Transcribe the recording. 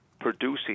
producing